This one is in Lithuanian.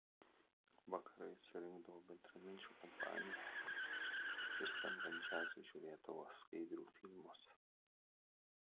vakarais surinkdavo bendraminčių kompaniją ir skambant džiazui žiūrėdavo skaidrių filmus